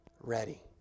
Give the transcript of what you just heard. ready